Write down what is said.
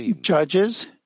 judges